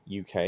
UK